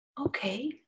Okay